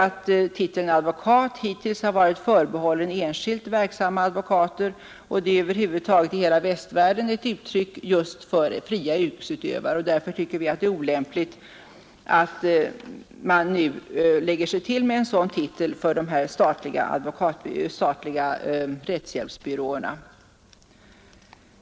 Titeln advokat har hittills varit förbehållen enskilt verksamma advokater, och det är över huvud taget i hela västvärlden ett uttryck just för fria yrkesutövare. Därför tycker vi att det är olämpligt att man nu lägger sig till med en sådan titel för de statliga rättshjälpsbyråerna.